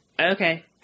okay